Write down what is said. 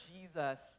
Jesus